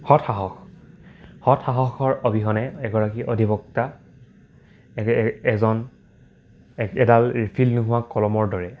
সৎসাহস সৎসাহসৰ অবিহনে এগৰাকী অধিবক্তা এজন এক এডাল ৰিফিল নোহোৱো কলমৰ দৰে